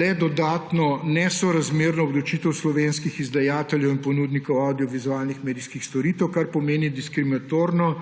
le dodatno nesorazmerno odločitev slovenskih izdajateljev in ponudnikov avdiovizualnih medijskih storitev, kar pomeni diskriminatorno